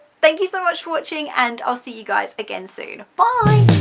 thank you so much for watching and i'll see you guys again soon, bye!